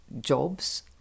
jobs